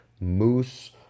moose